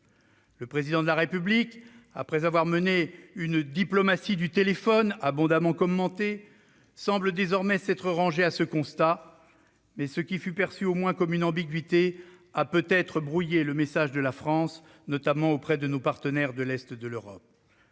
Le Président de la République, après avoir mené une diplomatie du téléphone abondamment commentée, semble désormais s'être rangé à ce constat, mais ce qui fut perçu au moins comme une ambiguïté a peut-être brouillé le message de la France, notamment auprès de nos partenaires de l'est de l'Europe.